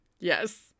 Yes